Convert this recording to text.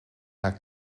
haar